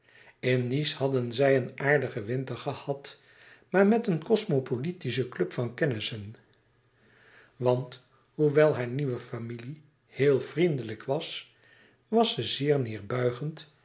in nice hadden zij een aardigen winter gehad maar met een cosmo politischen club van kennissen want hoewel haar nieuwe familie heel vriendelijk was was ze zeer